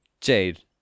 jade